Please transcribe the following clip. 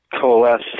coalesce